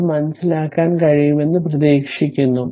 അത് മനസ്സിലാക്കാൻ കഴിയുമെന്ന് പ്രതീക്ഷിക്കുന്നു